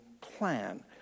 plan